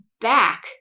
back